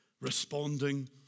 responding